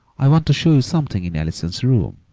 i want to show you something in allison's room,